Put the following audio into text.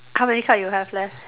how many card you have left